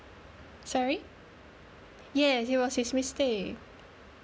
sorry yes it was his mistake